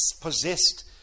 possessed